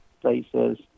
places